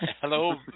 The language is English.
hello